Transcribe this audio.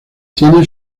tiene